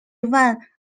one